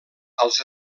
als